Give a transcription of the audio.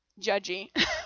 judgy